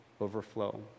overflow